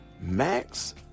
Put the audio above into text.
Max